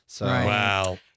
Wow